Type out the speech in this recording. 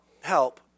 help